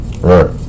Right